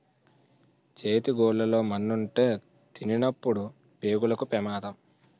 చేతి గోళ్లు లో మన్నుంటే తినినప్పుడు పేగులకు పెమాదం